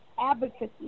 advocacy